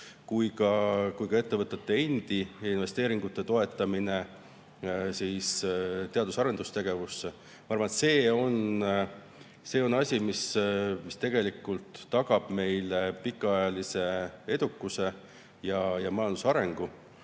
kui ka ettevõtete endi investeeringute toetamine teadus‑ ja arendustegevuses. Ma arvan, et see on asi, mis tegelikult tagab meile pikaajalise edukuse ja majanduse arengu.